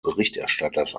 berichterstatters